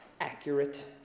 accurate